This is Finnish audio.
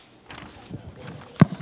hän aikaan